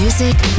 Music